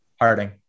Harding